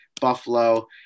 Buffalo